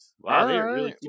Wow